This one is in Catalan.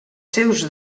seus